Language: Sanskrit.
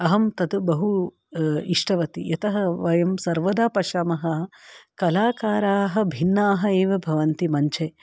अहं तत् बहु इष्टवती यतः वयं सर्वदा पश्यामः कलाकाराः भिन्नाः एव भवन्ति मञ्चे